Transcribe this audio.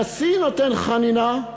הנשיא נותן חנינה,